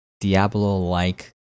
Diablo-like